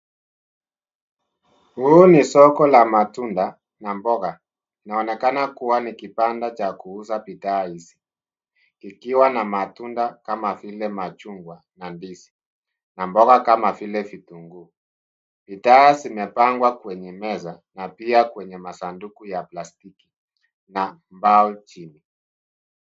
Huu ni soko la matunda na mboga. Kinaonekana kuwa ni kibanda cha kuuza bidhaa hizi, kikiwa na matunda kama vile machungwa na ndizi na mboga kama vile vitunguu. Bidhaa zimepangwa kwenye meza na pia kwenye masanduku ya plastiki na mbao chini.